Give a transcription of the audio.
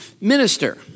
minister